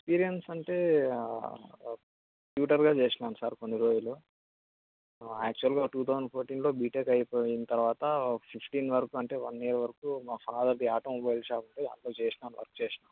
experience అంటే ట్యూటర్గా చేసాను సార్ కొన్ని రోజులు యాక్చువల్గా టూ థౌజండ్ ఫోటీన్లో బీటెక్ అయిపోయిన తర్వాత ఒక ఫిఫ్టీన్ వరకు అంటే వన్ ఇయర్ వరకు మా ఫాదర్ది వ్యాపారం గోల్డ్ షాప్ది అక్కడ వర్క్ చేసాను